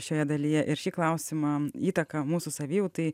šioje dalyje ir šį klausimą įtaką mūsų savijautai